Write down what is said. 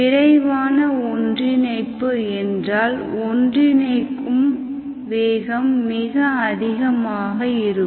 விரைவான ஒன்றிணைப்பு என்றால் ஒன்றிணைக்கும் வேகம் மிக அதிகமாக இருக்கும்